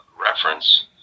reference